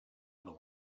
other